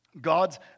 God's